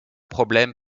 problème